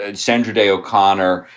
ah sandra day o'connor,